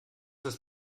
ist